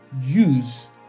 use